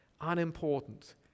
unimportant